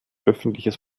öffentliches